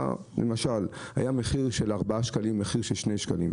למשל יש מחיר נסיעה של 4 שקלים ומחיר של 2 שקלים,